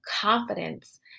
confidence